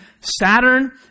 Saturn